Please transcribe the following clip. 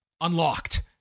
unlocked